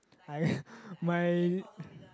I my